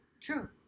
True